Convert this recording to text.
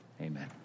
amen